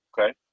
Okay